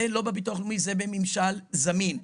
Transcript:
זה לא בביטוח הלאומי, זה בממשל זמין.